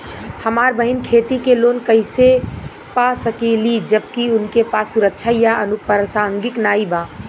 हमार बहिन खेती के लोन कईसे पा सकेली जबकि उनके पास सुरक्षा या अनुपरसांगिक नाई बा?